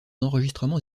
enregistrements